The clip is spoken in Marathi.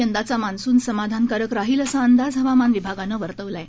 यंदाचा मान्सून समाधानकारक राहील असा अंदाज हवामान विभागानं वर्तवला आहे